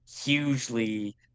hugely